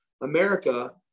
America